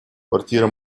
квартира